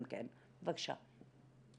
בבקשה.